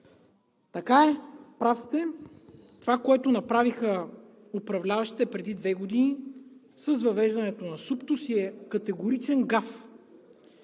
така е, прав сте – това, което направиха управляващите преди две години с въвеждането на СУПТО, е категоричен гаф.